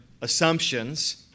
assumptions